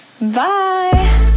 Bye